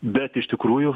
bet iš tikrųjų